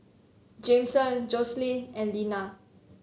Jameson Joycelyn and Linna